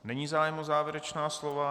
Není zájem o závěrečná slova.